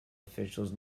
officials